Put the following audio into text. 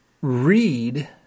read